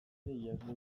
ideiak